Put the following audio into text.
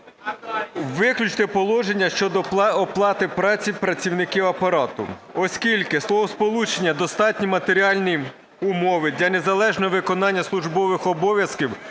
виключити положення щодо оплати праці працівників Апарату, оскільки словосполучення "достатні матеріальні умови для незалежного виконання службових обов'язків"